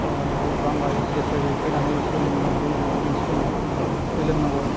ओरै बांलादेस सेर सेर फैनानै सोनाबजों माबा मोनसे दङ विलियामनगर